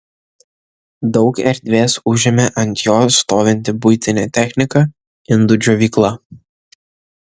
daug erdvės užėmė ant jo stovinti buitinė technika indų džiovykla